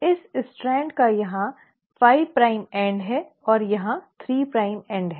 इस स्ट्रैंड का यहां 5 प्राइम एंड है और यहां 3 प्राइम एंड है